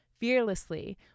fearlessly